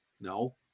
no